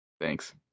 Thanks